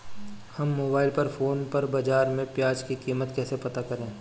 हम mobile phone पर बाज़ार में प्याज़ की कीमत कैसे पता करें?